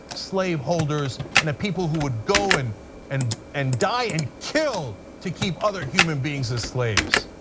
slaveholders and the people who would go and and and die and kill to keep other human beings as slaves.